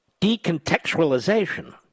Decontextualization